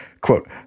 Quote